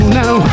now